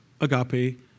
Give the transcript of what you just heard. agape